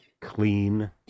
clean